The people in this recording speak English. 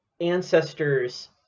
Ancestors